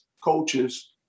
coaches